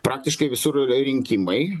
praktiškai visur rinkimai